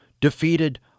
defeated